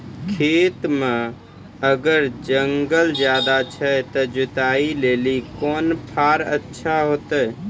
खेत मे अगर जंगल ज्यादा छै ते जुताई लेली कोंन फार अच्छा होइतै?